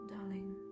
Darling